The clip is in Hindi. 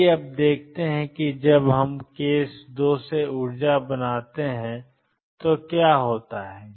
आइए अब देखते हैं कि जब हम केस 2 से ऊर्जा बनाते हैं तो क्या होता है